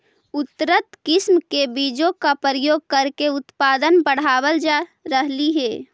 उन्नत किस्म के बीजों का प्रयोग करके उत्पादन बढ़ावल जा रहलइ हे